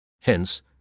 Hence